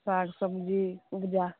साग सब्जी उपजा